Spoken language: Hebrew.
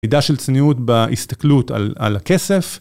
עדה של צניעות בהסתכלות על... על הכסף.